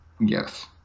yes